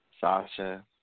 Sasha